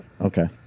Okay